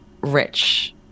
rich